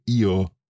io